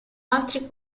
altri